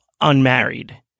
unmarried